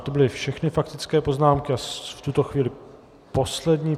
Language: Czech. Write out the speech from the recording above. To byly všechny faktické poznámky a v tuto chvíli poslední.